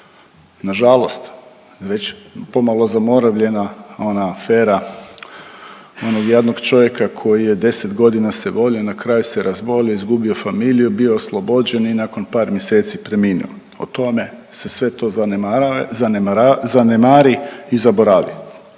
Nažalost već pomalo zaboravljena ona afera onog jadnog čovjeka koji je 10 godina se vodio na kraju se razbolio, izgubio familiju bio oslobođen i nakon par mjeseci preminuo. O tome se sve to zanemara… zanemari